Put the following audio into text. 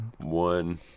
one